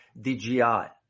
DGI